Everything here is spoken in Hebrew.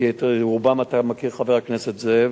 כי את רובן אתה מכיר, חבר הכנסת זאב: